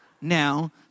now